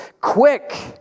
quick